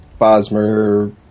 Bosmer